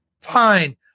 fine